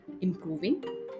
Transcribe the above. improving